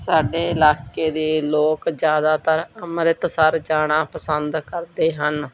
ਸਾਡੇ ਇਲਾਕੇ ਦੇ ਲੋਕ ਜ਼ਿਆਦਾਤਰ ਅੰਮ੍ਰਿਤਸਰ ਜਾਣਾ ਪਸੰਦ ਕਰਦੇ ਹਨ